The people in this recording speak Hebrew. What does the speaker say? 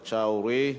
בבקשה, אורי.